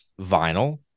vinyl